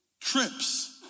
trips